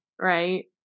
right